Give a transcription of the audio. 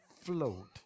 float